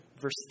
verse